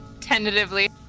tentatively